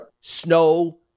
snow